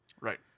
Right